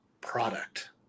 product